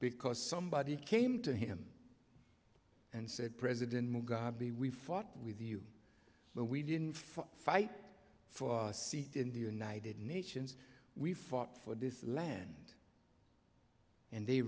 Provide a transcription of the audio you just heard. because somebody came to him and said president mugabe we fought with you but we didn't for fight for a seat in the united nations we fought for this land and they